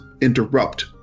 interrupt